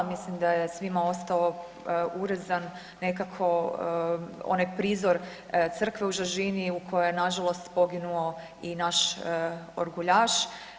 Mislim da je svima ostao urezan nekako onaj prizor crkve u Žažini u kojoj je na žalost poginuo i naš orguljaš.